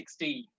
2016